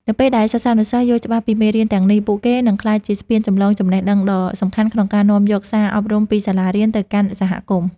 នៅពេលដែលសិស្សានុសិស្សយល់ច្បាស់ពីមេរៀនទាំងនេះ ពួកគេនឹងក្លាយជាស្ពានចម្លងចំណេះដឹងដ៏សំខាន់ ក្នុងការនាំយកសារអប់រំពីសាលារៀនទៅកាន់សហគមន៍។